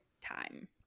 time